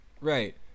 Right